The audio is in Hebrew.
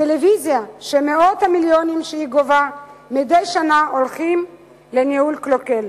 טלוויזיה שמאות המיליונים שהיא גובה מדי שנה הולכים לניהול קלוקל.